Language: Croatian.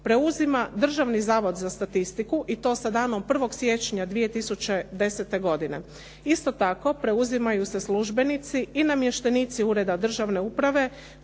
preuzima Državni zavod za statistiku i to sa danom 1. siječnja 2010. godine. Isto tako, preuzimaju se službenici i namještenici ureda državne uprave